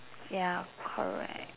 ya correct